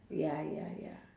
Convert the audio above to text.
ya ya ya